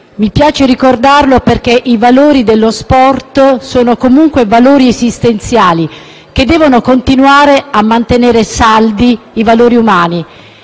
Mi piace ricordarlo, perché i valori dello sport sono comunque valori esistenziali che devono continuare a mantenere saldi i valori umani.